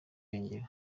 irengero